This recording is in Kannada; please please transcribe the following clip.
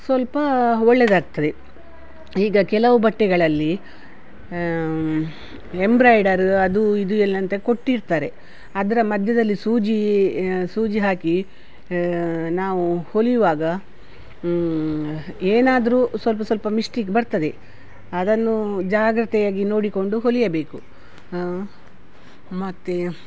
ಸ್ವಲ್ಪ ಒಳ್ಳೆಯದಾಗ್ತದೆ ಈಗ ಕೆಲವು ಬಟ್ಟೆಗಳಲ್ಲಿ ಎಂಬ್ರಾಯ್ಡರ್ ಅದು ಇದು ಎಲ್ಲಂತೆ ಕೊಟ್ಟಿರ್ತಾರೆ ಅದರ ಮಧ್ಯದಲ್ಲಿ ಸೂಜಿ ಸೂಜಿ ಹಾಕಿ ನಾವು ಹೊಲಿಯುವಾಗ ಏನಾದ್ರೂ ಸ್ವಲ್ಪ ಸ್ವಲ್ಪ ಮಿಸ್ಟೀಕ್ ಬರ್ತದೆ ಅದನ್ನು ಜಾಗ್ರತೆಯಾಗಿ ನೋಡಿಕೊಂಡು ಹೊಲಿಯಬೇಕು ಮತ್ತು